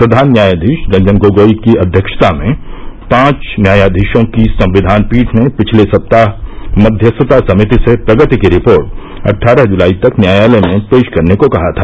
प्रधान न्यायाधीश रंजन गोगोई की अध्यक्षता में पांच न्यायाधीशों की संविधान पीठ ने पिछले सप्ताह मध्यस्थता समिति से प्रगति की रिपोर्ट अट्ठारह जुलाई तक न्यायालय में पेश करने को कहा था